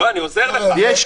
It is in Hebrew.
יש